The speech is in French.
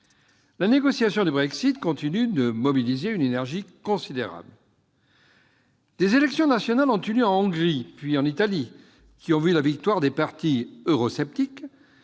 La négociation du Brexit continue de mobiliser une énergie considérable. Des élections nationales ont eu lieu en Hongrie, puis en Italie, qui ont vu la victoire de partis eurosceptiques